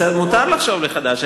מותר לחשוב מחדש.